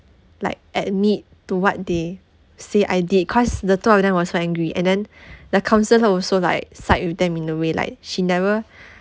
like admit to what they say I did cause the two of them was very angry and then the counsellor also like side with them in a way like she never